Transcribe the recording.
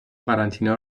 قرنطینه